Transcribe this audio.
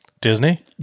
Disney